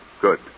Good